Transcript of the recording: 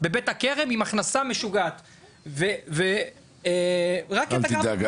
בבית הכרם עם הכנסה משוגעת ורק את ה --- אל תדאג,